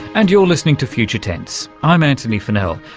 and you're listening to future tense, i'm antony funnell.